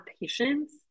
patience